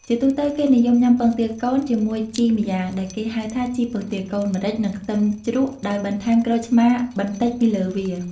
ជាទូទៅគេនិយមញុាំពងទាកូន ជាមួយជីម្យ៉ាងដែលគេហៅថាជីពងទាកូន ម្រេច និងខ្ទឹមជ្រក់ដោយបន្ថែមក្រូចឆ្មាបន្តិចពីលើវា។